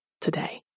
today